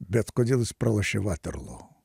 bet kodėl jis pralošė vaterlo